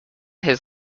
his